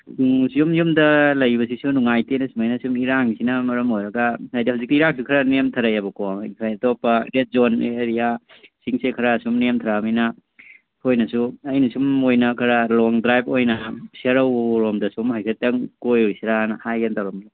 ꯎꯝ ꯌꯨꯝ ꯌꯨꯝꯗ ꯂꯩꯕꯁꯤꯁꯨ ꯅꯨꯡꯉꯥꯏꯇꯦꯅꯦ ꯁꯨꯃꯥꯏꯅ ꯁꯨꯝ ꯏꯔꯥꯡꯁꯤꯅ ꯃꯔꯝ ꯑꯣꯏꯔꯒ ꯍꯥꯏꯕꯗꯤ ꯍꯧꯖꯤꯛꯇꯤ ꯏꯔꯥꯡꯁꯨ ꯈꯔꯥ ꯅꯦꯝꯊꯔꯛꯑꯦꯕꯀꯣ ꯑꯇꯣꯞꯄ ꯔꯦꯗ ꯖꯣꯟ ꯑꯣꯔꯤꯌꯥ ꯁꯤꯡꯁꯦ ꯁꯨꯝ ꯅꯦꯝꯊꯔꯛꯑꯃꯤꯅ ꯑꯩꯈꯣꯏꯅꯁꯨ ꯑꯩꯅꯁꯨ ꯁꯨꯝ ꯃꯣꯏꯅ ꯈꯔ ꯂꯣꯡ ꯗ꯭ꯔꯥꯏꯚ ꯑꯣꯏꯅ ꯁꯦꯔꯧꯔꯣꯝꯗ ꯁꯨꯝ ꯍꯥꯏꯐꯦꯠꯇꯪ ꯀꯣꯏꯔꯨꯁꯤꯔꯥꯟ ꯍꯥꯏꯒꯦꯅ ꯇꯧꯔꯝꯃꯤꯅꯦ